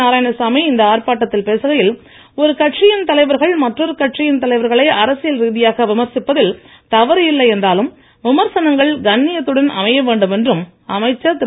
நாராயணசாமி இந்த ஆர்ப்பாட்டத்தில் பேசுகையில் ஒரு கட்சியின் தலைவர்கள் மற்றொரு கட்சியின் தலைவர்களை அரசியல் ரீதியாக விமர்சிப்பதில் தவறு இல்லை என்றாலும் விமர்சனங்கள் கன்னியத்துடண் அமைய வேண்டும் என்றும் அமைச்சர் திரு